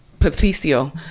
Patricio